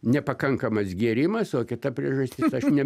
nepakankamas gėrimas o kita priežastis aš ne